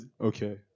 Okay